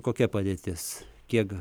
kokia padėtis kiek